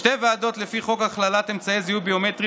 שתי ועדות לפי חוק הכללת אמצעי זיהוי ביומטריים